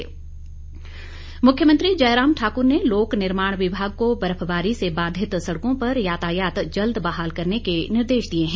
मुख्यमंत्री मुख्यमंत्री जयराम ठाकुर ने लोक निर्माण विभाग को बर्फबारी से बाधित सड़कों पर यातायात जल्द बहाल करने के निर्देश दिए हैं